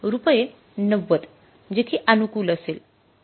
रुपये ९० जे कि अनुकूल असेल